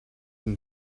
been